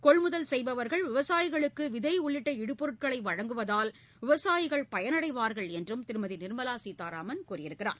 கொள்முதல் செய்பவர்கள் விவசாயிகளுக்கு விதை உள்ளிட்ட இடுபொருட்களை வழங்குவதால் விவசாயிகள் பயனடைவார்கள் என்றும் அவர் கூறினார்